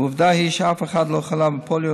ועובדה היא שאף אחד לא חלה בפוליו,